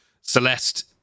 Celeste